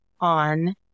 on